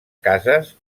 cases